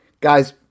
guys